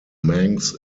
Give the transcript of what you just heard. manx